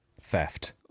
theft